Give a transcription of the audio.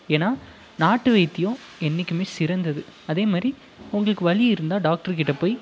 ஏன்னா நாட்டு வைத்தியம் என்னைக்குமே சிறந்தது அதேமாதிரி உங்களுக்கு வலி இருந்தா டாக்டர் கிட்டப்போய்